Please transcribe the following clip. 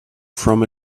from